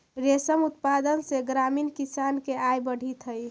रेशम उत्पादन से ग्रामीण किसान के आय बढ़ित हइ